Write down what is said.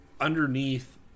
underneath